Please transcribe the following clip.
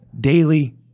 daily